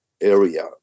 area